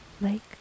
Lake